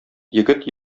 егет